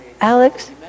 Alex